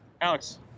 Alex